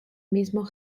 mismo